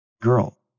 Girl